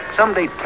Someday